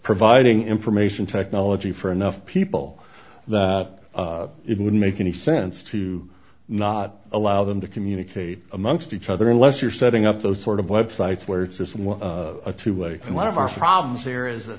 providing information technology for enough people that it would make any sense to not allow them to communicate amongst each other unless you're setting up those sort of websites where it's just a two way and one of our problems here is